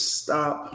stop